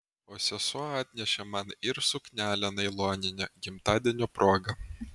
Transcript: o sesuo atnešė man ir suknelę nailoninę gimtadienio proga